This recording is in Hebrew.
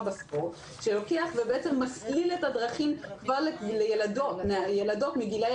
בספורט" שלוקח ומסליל את הדרכים כבר לילדות מגילאי